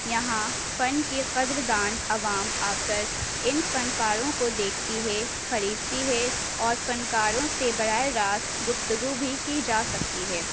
یہاں فن کے قدردان عوام آ کر ان فن پاروں کو دیکھتی ہے خریدتی ہے اور فنکاروں سے براہ راست گفتگو بھی کی جا سکتی ہے